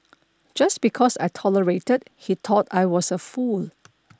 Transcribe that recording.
just because I tolerated he thought I was a fool